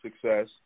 success